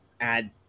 add